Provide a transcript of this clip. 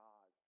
God